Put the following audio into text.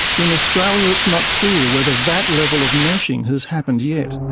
in australia it's not clear whether that level of meshing has happened yet.